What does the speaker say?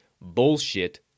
bullshit